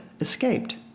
escaped